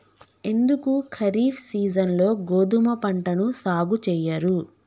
ఎందుకు ఖరీఫ్ సీజన్లో గోధుమ పంటను సాగు చెయ్యరు?